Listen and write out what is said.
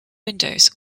windows